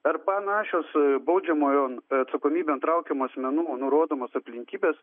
ar panašios baudžiamojon atsakomybėn traukiamų asmenų nurodomos aplinkybės